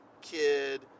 kid